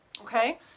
okay